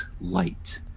light